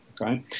okay